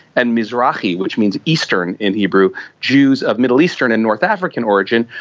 and mizrachi, which means eastern in hebrew, jews of middle eastern and north african origin.